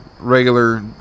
regular